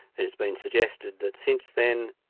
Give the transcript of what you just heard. it has been suggested that since then,